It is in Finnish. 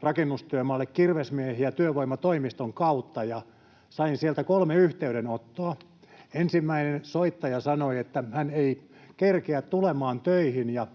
rakennustyömaalle kirvesmiehiä työvoimatoimiston kautta ja sain sieltä kolme yhteydenottoa. Ensimmäinen soittaja sanoi, että hän ei kerkeä tulemaan töihin ja